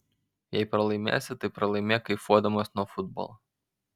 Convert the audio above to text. jei pralaimėsi tai pralaimėk kaifuodamas nuo futbolo